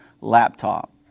laptop